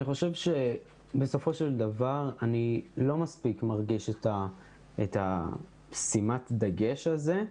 אני חושב שבסופו של דבר אני לא מספיק מרגיש את שימת הדגש הזה.